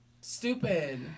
Stupid